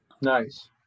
Nice